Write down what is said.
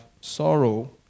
sorrow